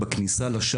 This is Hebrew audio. ומקבלים תמיכה מלאה,